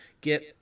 get